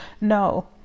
No